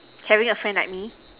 having a friend like me